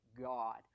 God